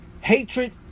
Hatred